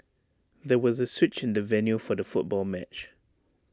there was A switch in the venue for the football match